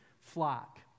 flock